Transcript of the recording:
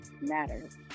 matters